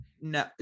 No